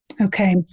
Okay